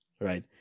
right